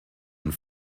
and